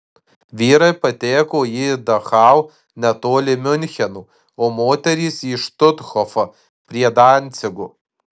vyrai pateko į dachau netoli miuncheno o moterys į štuthofą prie dancigo